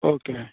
okay